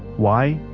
why?